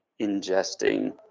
ingesting